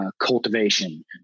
cultivation